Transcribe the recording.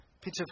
Peter